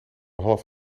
half